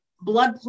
blood